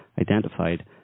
identified